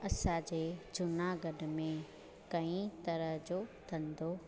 असांजे जूनागढ़ में कई तरह जो धंधो